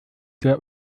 der